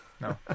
No